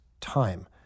time